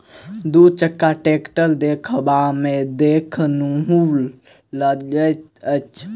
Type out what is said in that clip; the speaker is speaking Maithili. दू चक्का टेक्टर देखबामे देखनुहुर लगैत अछि